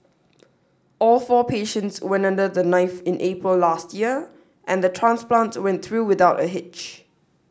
all four patients went under the knife in April last year and the transplants went through without a hitch